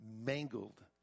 Mangled